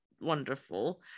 wonderful